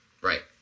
Right